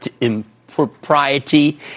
impropriety